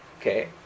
Okay